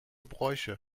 bräuche